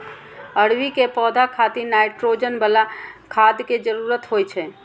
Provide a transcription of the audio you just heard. अरबी के पौधा खातिर नाइट्रोजन बला खाद के जरूरत होइ छै